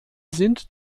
sind